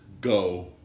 go